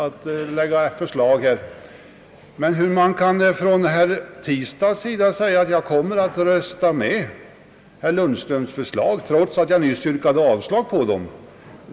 Men det är fortfarande för mig något av ett mysterium att herr Tistad kan säga att han kommer att rösta för herr Lundströms förslag, trots att han nyss yrkade avslag på det.